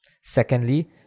Secondly